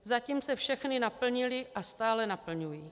Zatím se všechny naplnily a stále naplňují.